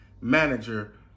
manager